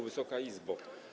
Wysoka Izbo!